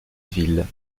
ville